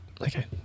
Okay